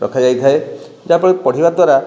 ରଖାଯାଇଥାଏ ଯାହାଫଳରେ କି ପଢ଼ିବା ଦ୍ୱାରା